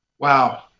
Wow